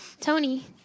Tony